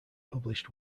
published